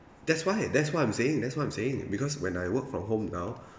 that's why that's what I'm saying that's what I'm saying because when I work from home now